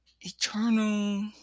eternal